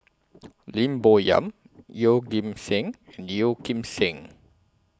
Lim Bo Yam Yeoh Ghim Seng Yeo Kim Seng